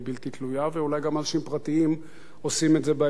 ואולי גם אנשים פרטיים עושים את זה בימים האלה.